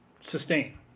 sustain